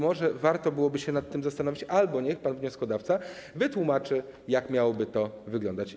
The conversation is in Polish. Może warto byłoby nad tym się zastanowić albo niech pan wnioskodawca wytłumaczy, jak miałoby to wyglądać.